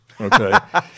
Okay